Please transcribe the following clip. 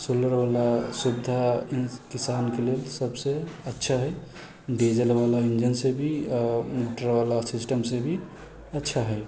solar बला सुविधा किसानके लेल सभसँ अच्छा है डीजल बला इन्जन सँ भी आ मीटर बला सिस्टम सँ भी अच्छा है